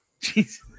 Jesus